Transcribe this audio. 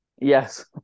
Yes